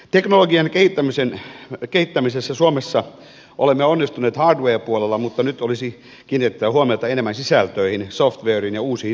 teknologian kehittämisessä suomessa olemme onnistuneet hardware puolella mutta nyt olisi kiinnitettävä huomiota enemmän sisältöihin softwareen ja uusiin innovaatioihin